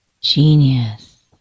Genius